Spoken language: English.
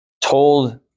told